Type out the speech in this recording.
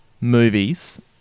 movies